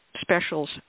specials